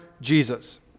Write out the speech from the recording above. Jesus